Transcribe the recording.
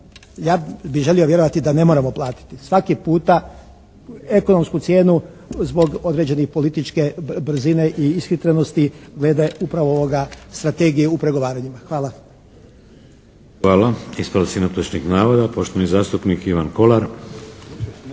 Ja bih želio vjerovati da ne moramo platiti svaki puta ekonomsku cijenu zbog određenih političke brzine i ishitrenosti glede upravo ovoga Strategije u pregovaranjima. Hvala. **Šeks, Vladimir (HDZ)** Hvala. Ispravci netočnih navoda. Poštovani zastupnik Ivan Kolar.